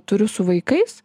turiu su vaikais